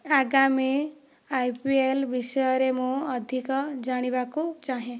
ଆଗାମୀ ଆଇପିଏଲ ବିଷୟରେ ମୁଁ ଅଧିକ ଜାଣିବାକୁ ଚାହେଁ